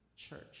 church